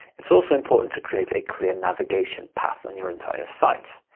it's also important to create a clear navigation path on your entire site.